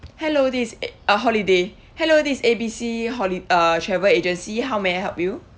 hello this eh uh holiday hello this A B C holi~ uh travel agency how may I help you